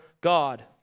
God